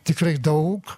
tikrai daug